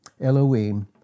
Elohim